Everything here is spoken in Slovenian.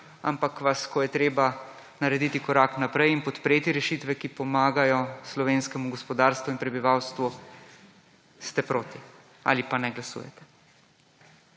ampak vas, ko je treba narediti korak naprej in podpreti rešitve, ki pomagajo slovenskemu gospodarstvu in prebivalstvu, ste proti ali pa ne glasujete.